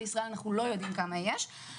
אנחנו לא יודעים כמה יש בישראל.